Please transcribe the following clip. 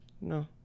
No